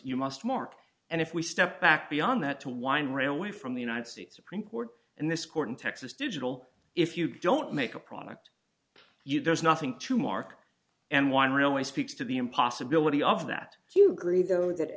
you must mark and if we step back beyond that to wind railway from the united states supreme court and this court in texas digital if you don't make a product you there's nothing to market and one real way speaks to be in possibility of that hugely though that